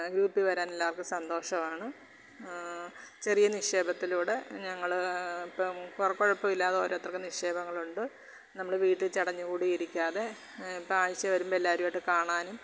ഗ്രൂപ്പിൽ വരാൻ എല്ലാവർക്കും സന്തോഷമാണ് ചെറിയ നിക്ഷേപത്തിലൂടെ ഞങ്ങൾ ഇപ്പം കൊറ കുഴപ്പമില്ലാതെ ഓരോരുത്തർക്കും നിക്ഷേപങ്ങളുണ്ട് നമ്മൾ വീട്ടിൽ ചടഞ്ഞു കൂടി ഇരിയ്ക്കാതെ ഇപ്പോൾ ആഴ്ചയിൽ വരുമ്പോൾ എല്ലാവരുമായിട്ടു കാണാനും